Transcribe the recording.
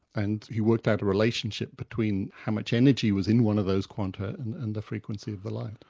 and he worked out a relationship between how much energy was in one of those quanta and and the frequency of the light.